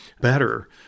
better